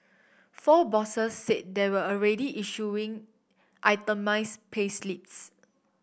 four bosses said they were already issuing itemised payslips